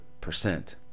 percent